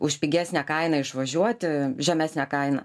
už pigesnę kainą išvažiuoti žemesne kaina